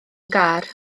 gar